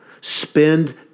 Spend